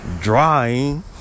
drying